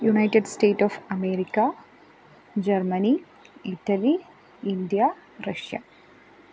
United State of America Germany Italy India Russia